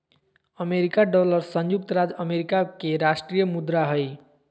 America dollar संयुक्त राज्य America के राष्ट्रीय मुद्रा हइ